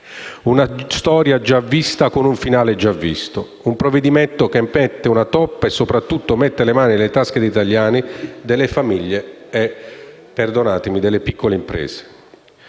una storia già vista, con un finale già visto: un provvedimento che mette una toppa e, soprattutto, mette le mani nelle tasche degli italiani, delle famiglie e - perdonatemi - delle piccole imprese.